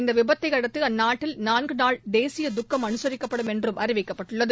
இந்த விபத்தையடுத்து அந்நாட்டில் நான்கு நாள் தேசிய தக்கம் அனுசிக்கப்படும் என்றும் அறிவிக்கப்பட்டுள்ளது